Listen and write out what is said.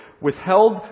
withheld